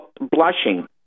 blushing